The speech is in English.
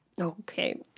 Okay